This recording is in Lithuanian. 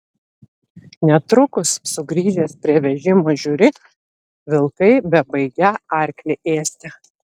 netrukus sugrįžęs prie vežimo žiūri vilkai bebaigią arklį ėsti